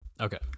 Okay